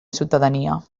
ciutadania